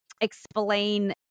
explain